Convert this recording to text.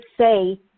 say